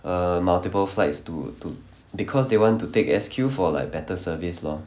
err multiple flights to to because they want to take S_Q for like better service lor